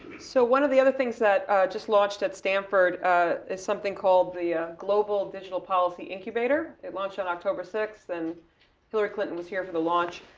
so one of the other things that just launched at stanford is something called, the global digital policy incubator. it launched on october sixth, in hillary clinton was here for the launch.